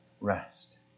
rest